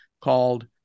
called